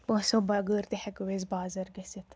پونٛسَو بغٲر تہِ ہٮ۪کو أسۍ بازَر گٔژھِتھ